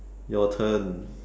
your turn